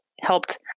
helped